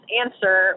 answer